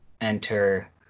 enter